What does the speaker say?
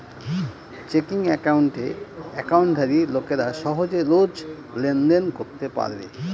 checking একাউণ্টে একাউন্টধারী লোকেরা সহজে রোজ লেনদেন করতে পারবে